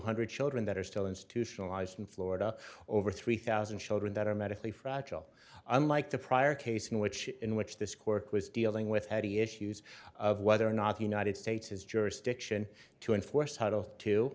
hundred children that are still institutionalized in florida or over three thousand children that are medically fragile unlike the prior case in which in which this court was dealing with any issues of whether or not the united states has jurisdiction to enforce h